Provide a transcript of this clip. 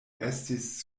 estis